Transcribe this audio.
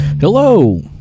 Hello